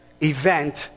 event